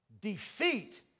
defeat